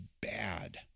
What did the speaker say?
bad